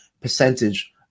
percentage